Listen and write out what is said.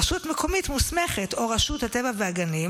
רשות מקומית מוסמכת או רשות הטבע והגנים,